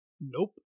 Nope